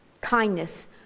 kindness